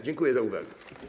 Dziękuję za uwagę.